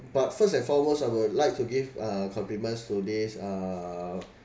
but first and foremost I would like to give uh compliments to this uh